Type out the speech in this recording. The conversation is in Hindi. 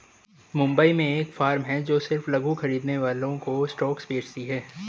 मुंबई में एक फार्म है जो सिर्फ लघु खरीदने वालों को स्टॉक्स बेचती है